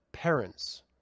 parents